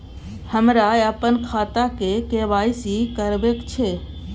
हमरा अपन खाता के के.वाई.सी करबैक छै